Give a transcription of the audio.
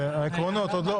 אלה העקרונות.